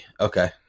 Okay